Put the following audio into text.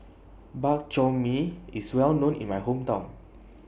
Bak Chor Mee IS Well known in My Hometown